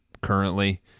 currently